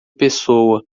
pessoa